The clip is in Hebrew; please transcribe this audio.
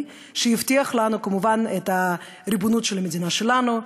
שיבטיח לנו כמובן את הריבונות של המדינה שלנו,